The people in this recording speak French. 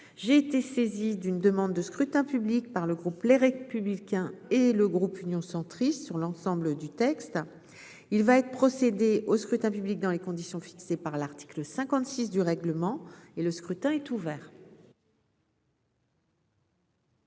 j'ai été saisi d'une demande de scrutin public par le groupe, les républicains et le groupe Union centriste sur l'ensemble du texte, il va être procédé au scrutin public dans les conditions fixées par l'article 56 du règlement et le scrutin est ouvert.